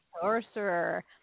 sorcerer